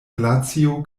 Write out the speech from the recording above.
glacio